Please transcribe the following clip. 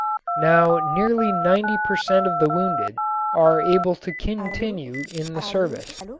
now nearly ninety per cent. of the wounded are able to continue in the service.